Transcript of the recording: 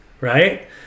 right